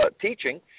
teaching